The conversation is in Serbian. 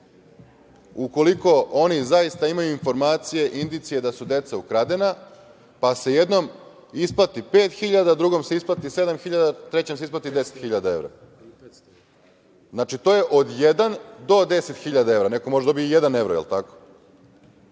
ukoliko oni zaista imaju informacije, indicije da su deca ukradena, pa se jednom isplati 5.000, drugom se isplati 7.000, trećem se isplati 10.000 evra? Znači, to je od jedan do 10.000 evra. Neko može da dobije i jedan evro, jel tako?